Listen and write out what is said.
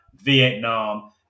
Vietnam